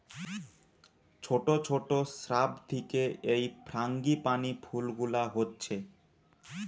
ছোট ছোট শ্রাব থিকে এই ফ্রাঙ্গিপানি ফুল গুলা হচ্ছে